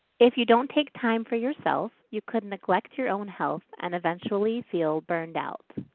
if you don't take time for yourself, you could neglect your own health and eventually feel burned out.